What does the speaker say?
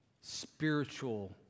spiritual